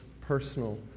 personal